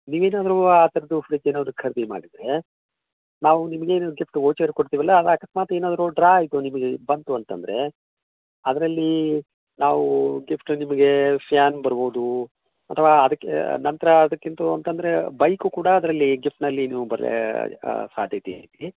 ನೀವು ಏನಾದರು ಆ ಥರದ್ದು ಫ್ರಿಜ್ ಏನಾದರು ಖರೀದಿ ಮಾಡಿದ್ರೆ ನಾವು ನಿಮ್ಗೆ ಏನಾರು ಗಿಫ್ಟ್ ವೋಚರ್ ಕೊಡ್ತೀವಲ್ಲ ಆಗ ಅಕಸ್ಮಾತ್ ಏನಾದರು ಡ್ರಾ ಆಯಿತು ನಿಮಗೆ ಬಂತು ಅಂತಂದ್ರೆ ಅದ್ರಲ್ಲಿ ನಾವು ಗಿಫ್ಟ್ ನಿಮಗೆ ಫ್ಯಾನ್ ಬರ್ಬೌದು ಅಥವಾ ಅದಕ್ಕೆ ನಂತರ ಅದಕ್ಕಿಂತು ಅಂತಂದರೆ ಬೈಕು ಕೂಡ ಅದ್ರಲ್ಲಿ ಗಿಫ್ಟಿನಲ್ಲಿ ನೀವು ಬರೋ ಸಾಧ್ಯತೆ ಐತೆ